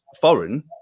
foreign